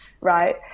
right